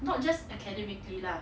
not just academically lah